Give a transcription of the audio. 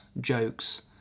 jokes